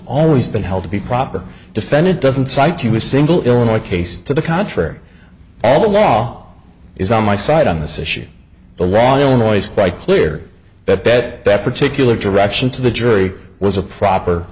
always been held to be proper defendant doesn't cite he was single illinois case to the contrary all the law is on my side on this issue the wrong illinois quite clear that bet that particular direction to the jury was a proper